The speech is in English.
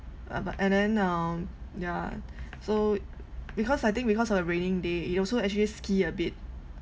uh but and then um yeah so because I think because of the raining day it also actually ski a bit